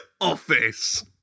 Office